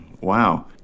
Wow